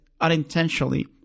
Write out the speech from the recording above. unintentionally